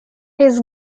his